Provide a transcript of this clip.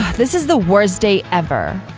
this is the worst day ever.